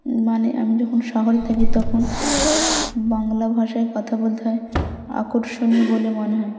মানে আমি যখন শহরে থাকি তখন বাংলা ভাষায় কথা বলতে হয় আকর্ষণীয় বলে মনে হয়